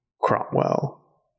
Cromwell